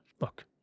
look